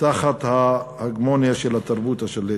תחת ההגמוניה של התרבות השלטת.